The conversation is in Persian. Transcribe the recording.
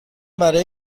برای